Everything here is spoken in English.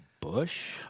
Bush